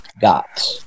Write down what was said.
got